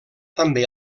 també